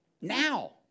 Now